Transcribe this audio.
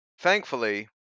thankfully